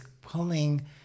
pulling